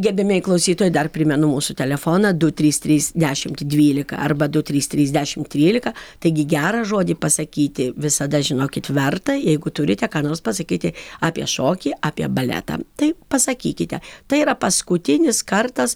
gerbiamieji klausytojai dar primenu mūsų telefoną du trys trys dešimt dvylika arba du trys trys dešimt trylika taigi gerą žodį pasakyti visada žinokit verta jeigu turite ką nors pasakyti apie šokį apie baletą tai pasakykite tai yra paskutinis kartas